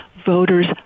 voters